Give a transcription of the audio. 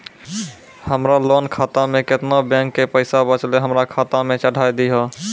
हमरा लोन खाता मे केतना बैंक के पैसा बचलै हमरा खाता मे चढ़ाय दिहो?